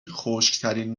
خشکترین